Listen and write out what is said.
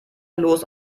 los